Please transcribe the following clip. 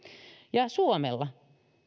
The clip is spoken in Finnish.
ja ja suomella